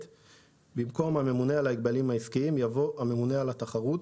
במקום "הממונה על הגבלים עסקיים" יבוא "הממונה על התחרות".